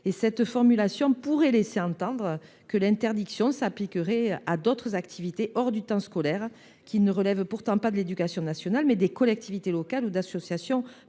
». Cette formulation pourrait laisser entendre que l’interdiction s’appliquerait à d’autres activités hors du temps scolaire, qui, pourtant, relèvent non pas de l’éducation nationale, mais des collectivités locales ou d’associations